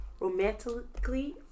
romantically